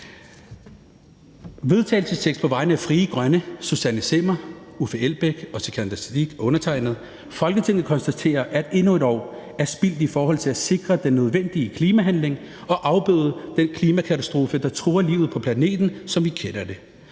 jeg læse følgende forslag til vedtagelse op: Forslag til vedtagelse »Folketinget konstaterer, at endnu et år er spildt i forhold til at sikre den nødvendige klimahandling og afbøde den klimakatastrofe, der truer livet på planeten, som vi kender det.